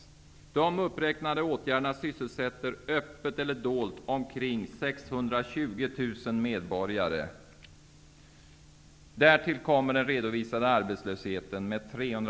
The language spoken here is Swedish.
De uppräknade åtgärderna sysselsätter öppet eller dolt omkring 620 000 medborgare. Därtill kommer den redovisade arbetslösheten med